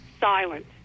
silent